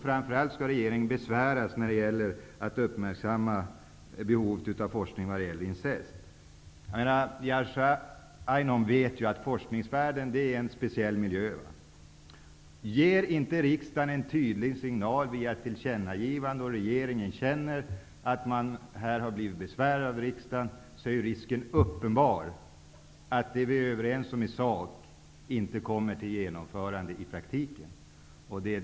Framför allt skall regeringen besväras när det gäller att behovet av forskning om incest. Jerzy Einhorn vet ju att forskningsvärlden är en värld för sig. Om inte riksdagen ger en tydlig signal genom ett tillkännagivande till regeringen, så att regeringen är besvärad av riksdagen, är risken uppenbar att det som vi i sak är överens om inte genomförs i praktiken.